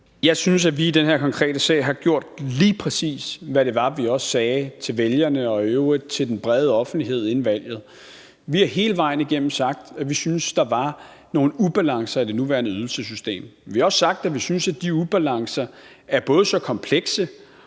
Jeg synes, at vi i den her konkrete sag har gjort lige præcis, hvad vi også sagde til vælgerne og i øvrigt til den brede offentlighed inden valget. Vi har hele vejen igennem sagt, at vi syntes, at der var nogle ubalancer i det nuværende ydelsessystem. Vi har også sagt, at vi synes, at de ubalancer både er så komplekse